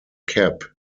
cap